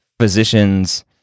physicians